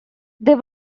they